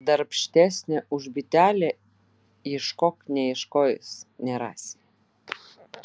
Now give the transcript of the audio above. darbštesnio už bitelę ieškok neieškojęs nerasi